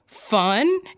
fun